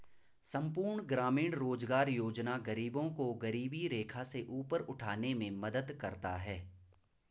संपूर्ण ग्रामीण रोजगार योजना गरीबों को गरीबी रेखा से ऊपर उठाने में मदद करता है